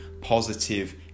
positive